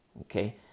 Okay